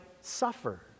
suffer